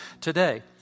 today